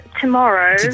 tomorrow